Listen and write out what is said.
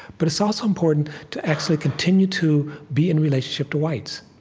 but it's also important to actually continue to be in relationship to whites.